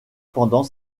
pendant